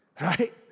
right